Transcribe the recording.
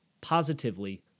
positively